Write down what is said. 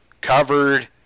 covered